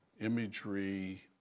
imagery